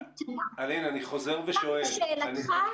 צריך לזכור שמערכת החינוך לא עובדת כרגע,